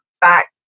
back